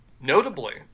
Notably